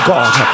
God